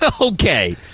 Okay